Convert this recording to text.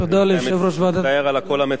אני מצטער על הקול המצונן.